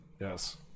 Yes